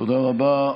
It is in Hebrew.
תודה רבה.